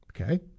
Okay